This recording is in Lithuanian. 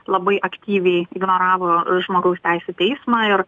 labai aktyviai ignoravo žmogaus teisių teismą ir